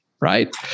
right